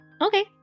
Okay